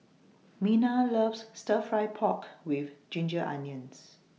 Minna loves Stir Fry Pork with Ginger Onions